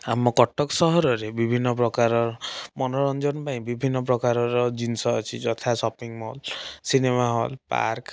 ଆମ କଟକ ସହରରେ ବିଭିନ୍ନ ପ୍ରକାରର ମନୋରଞ୍ଜନ ପାଇଁ ବିଭିନ୍ନ ପ୍ରକାରର ଜିନିଷ ଅଛି ଯଥା shopping mall cinema hall park